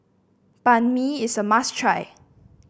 Banh Mi is a must try